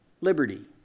liberty